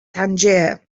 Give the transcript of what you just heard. tangier